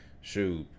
shoot